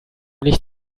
licht